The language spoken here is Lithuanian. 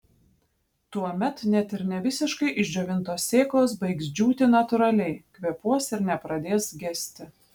tuomet net ir ne visiškai išdžiovintos sėklos baigs džiūti natūraliai kvėpuos ir nepradės gesti